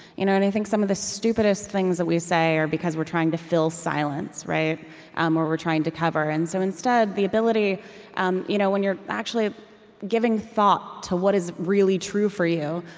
you know and i think some of the stupidest things that we say are because we're trying to fill silence, um or we're trying to cover. and so, instead, the ability um you know when you're actually giving thought to what is really true for you,